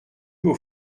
aux